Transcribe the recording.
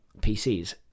PCs